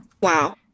Wow